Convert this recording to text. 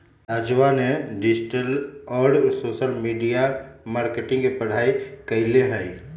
राजवा ने डिजिटल और सोशल मीडिया मार्केटिंग के पढ़ाई कईले है